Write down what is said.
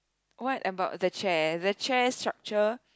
what about the chair the chair structure